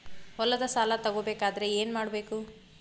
ಹೊಲದ ಸಾಲ ತಗೋಬೇಕಾದ್ರೆ ಏನ್ಮಾಡಬೇಕು?